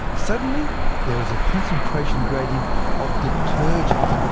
suddenly there was a concentration gradient of detergent.